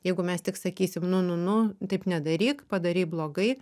jeigu mes tik sakysim nu nu nu taip nedaryk padarei blogai